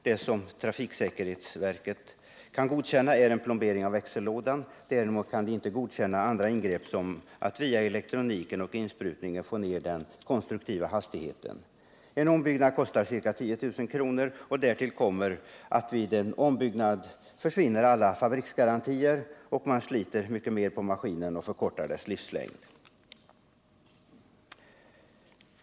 Det som trafiksäkerhetsverket kan godkänna är en plombering av växellådan — däremot kan man inte godkänna andra ingrepp, som att via elektroniken och insprutningen få ner den konstruktiva hastigheten. En ombyggnad kostar ca 10 000 kr. Därtill kommer att alla fabriksgarantier försvinner vid en ombyggnad och att man därvid sliter mycket mer på maskinen och förkortar dess livslängd.